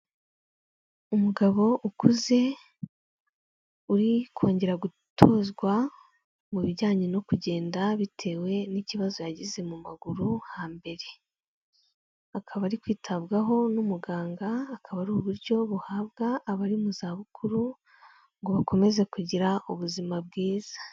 Umugabo ukuze uri kongera gutozwa mu bijyanye no kugenda bitewe n'ikibazo yagize mu maguru hambere. Akaba ari kwitabwaho n'umuganga akaba ari uburyo buhabwa abari mu zabukuru ngo bakomeze kugira ubuzima bwiza.